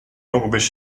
mógłbyś